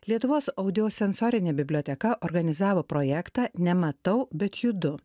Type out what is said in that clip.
lietuvos audiosensorinė biblioteka organizavo projektą nematau bet judu